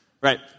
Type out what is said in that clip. Right